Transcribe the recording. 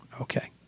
okay